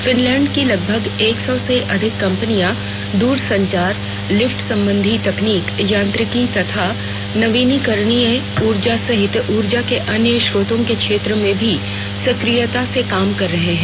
Finland की लगभग एक सौ से अधिक कंपनियां दूर संचार लिफ्ट संबंधी तकनीक यांत्रिकी तथा नवीकरणीय ऊर्जा सहित ऊर्जा के अन्य स्रोतों के क्षेत्रों में भी सक्रियता से काम कर रही हैं